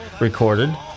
recorded